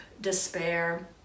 despair